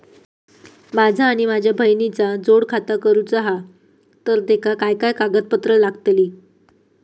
माझा आणि माझ्या बहिणीचा जोड खाता करूचा हा तर तेका काय काय कागदपत्र लागतली?